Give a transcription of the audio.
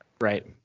right